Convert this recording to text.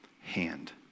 hand